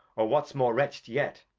or what's more wretched yet,